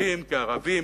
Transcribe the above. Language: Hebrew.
יהודים כערבים,